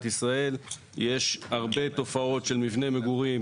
ישראל יש הרבה תופעות של מבני מגורים